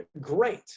great